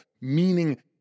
meaning